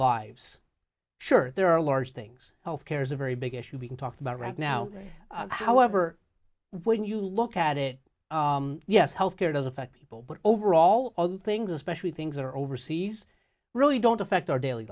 lives sure there are large things health care is a very big issue being talked about right now however when you look at it yes health care does affect people but overall other things especially things that are overseas really don't affect our daily